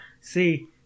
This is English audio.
See